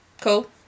Cool